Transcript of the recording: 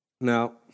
Now